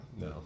no